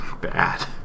bad